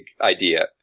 idea